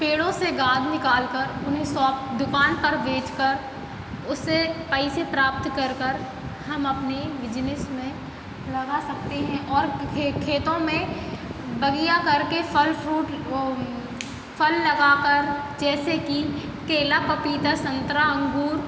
पेड़ों से गाद निकाल कर उन्हें सॉप दुकान पर बेचकर उससे पैसे प्राप्त कर कर हम अपने बिजनेस में लगा सकते हैं और खे खेतों में बगिया करके फल फ्रूट फल लगाकर जैसे कि केला पपीता संतरा अंगूर